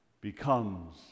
becomes